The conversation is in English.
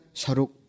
saruk